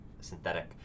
synthetic